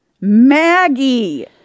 Maggie